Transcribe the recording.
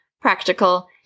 practical